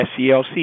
SCLC